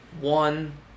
one